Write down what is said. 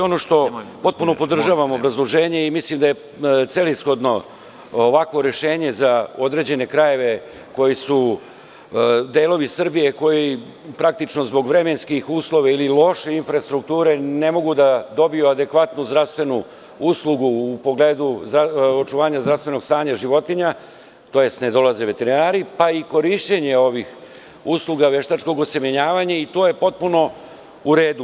Potpuno podržavam obrazloženje i mislim da je celishodno ovakvo rešenje za određene krajeva, delove Srbije koji praktično zbog vremenskih uslova ili loše infrastrukture ne mogu da dobiju adekvatnu zdravstvenu uslugu u pogledu očuvanja zdravstvenog stanja životinja tj. ne dolaze veterinari, pa i korišćenje ovih usluga veštačkog osemenjavanja i to je potpuno u redu.